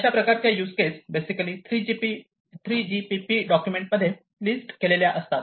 अशा प्रकारच्या use case basically 3GPP document मध्ये लिस्ट केलेल्या असतात